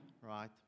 Right